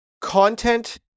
content